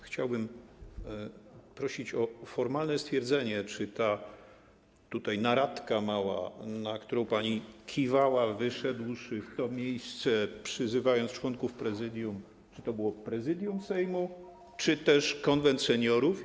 Chciałbym prosić o formalne stwierdzenie, czy ta tutaj naradka mała, na którą pani kiwała, wyszedłszy w to miejsce, przyzywając członków Prezydium, to było Prezydium Sejmu czy też Konwent Seniorów.